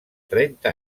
trenta